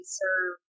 serve